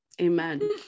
amen